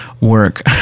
work